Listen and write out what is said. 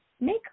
make